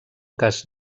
cas